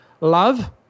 love